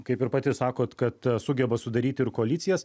kaip ir pati sakot kad sugeba sudaryt ir koalicijas